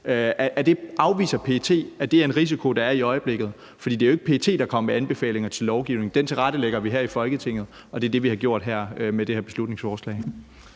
derned? Afviser PET, at det er en risiko, der er der i øjeblikket? For det er jo ikke PET, der kommer med anbefalinger til lovgivning. Den tilrettelægger vi her i Folketinget, og det er det, vi har gjort med det her beslutningsforslag.